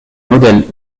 modèle